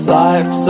life